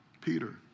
Peter